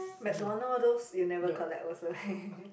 McDonald's those you never collect also